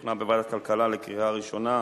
שהוכנה בוועדת הכלכלה לקריאה ראשונה.